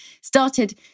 started